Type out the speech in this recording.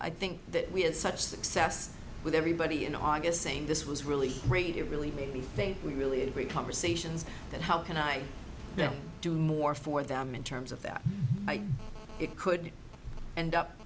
i think that we had such success with everybody in august saying this was really great it really made me think we really great conversations that how can i do more for them in terms of that it could end up